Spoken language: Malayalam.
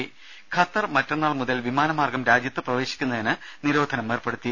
ദേദ ഖത്തർ മറ്റന്നാൾ മുതൽ വിമാന മാർഗ്ഗം രാജ്യത്ത് പ്രവേശിക്കുന്നതിന് നിരോധനം ഏർപ്പെടുത്തി